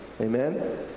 Amen